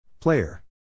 Player